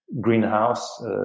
greenhouse